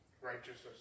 righteousness